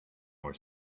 were